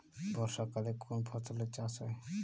বর্ষাকালে কোন ফসলের চাষ হয়?